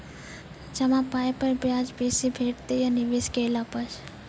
जमा पाय पर ब्याज बेसी भेटतै या निवेश केला पर?